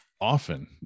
often